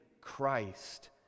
Christ